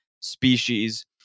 species